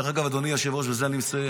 דרך אגב, אדוני היושב-ראש, ובזה אני מסיים.